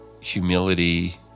Humility